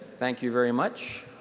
thank you very much.